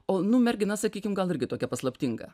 o nu mergina sakykim gal irgi tokia paslaptinga